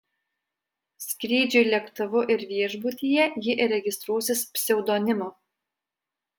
skrydžiui lėktuvu ir viešbutyje ji registruosis pseudonimu